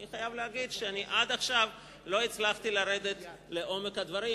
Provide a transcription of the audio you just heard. אני חייב להגיד שעד עכשיו לא הצלחתי לרדת לעומק הדברים,